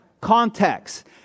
Context